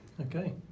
Okay